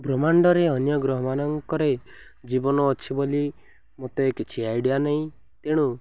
ବ୍ରହ୍ମାଣ୍ଡରେ ଅନ୍ୟ ଗ୍ରହମାନଙ୍କରେ ଜୀବନ ଅଛି ବୋଲି ମୋତେ କିଛି ଆଇଡ଼ିଆ ନାହିଁ ତେଣୁ